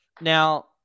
now